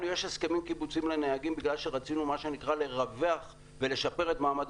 לנו יש הסכמים קיבוציים לנהגים בגלל שרצינו מה שנקרא לרווח ולשפר את מעמד